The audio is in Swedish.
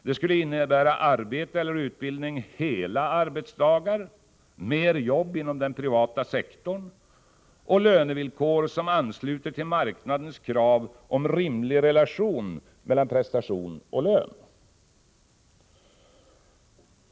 Det skulle innebära arbete eller utbildning under hela arbetsdagar, mer jobb inom den privata sektorn och lönevillkor som ansluter till marknadens krav om rimlig relation mellan prestation och lön.